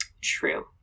True